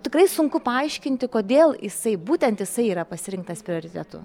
tikrai sunku paaiškinti kodėl jisai būtent jisai yra pasirinktas prioritetu